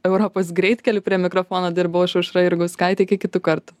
europos greitkeliu prie mikrofono dirbau aš aušra jurgauskaitė iki kitų kartų